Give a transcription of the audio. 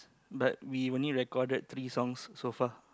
but we only recorded three songs so far